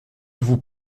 vous